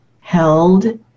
held